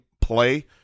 play